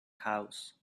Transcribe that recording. house